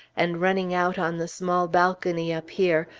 and running out on the small balcony up here,